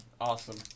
Awesome